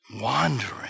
Wandering